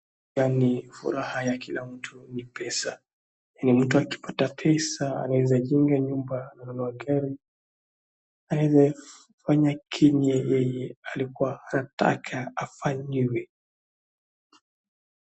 Yaani furaha ya kila mtu ni pesa. Yani mtu akipata pesa anaweza jenga nyumba, nunua gari anaeza fanya kenye yeye alikuwa anataka afanyiwe.